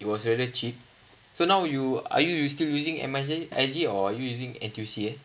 it was very cheap so now you are you you still using M_S_I_G or you using N_T_U_C eh